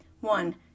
one